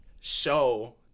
show